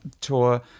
Tour